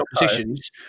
oppositions